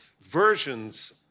versions